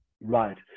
Right